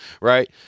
right